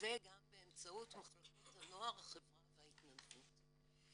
וגם באמצעות מחלקות הנוער, החברה וההתנדבות.